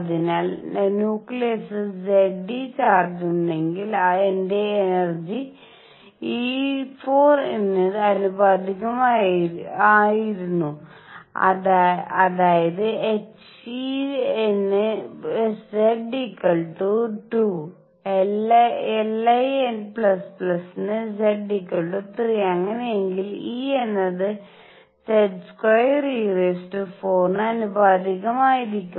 അതിനാൽ ന്യൂക്ലിയസിന് Z e ചാർജുണ്ടെങ്കിൽ എന്റെ എനർജി e4 ന് ആനുപാതികമായിരുന്നു അതായത് He ന് Z 2 Li ന് Z 3 അങ്ങനെയെങ്കിൽ E എന്നത് Z²e⁴ ന് ആനുപാതികമായിരിക്കും